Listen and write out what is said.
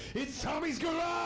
it's tommy's garage!